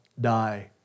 die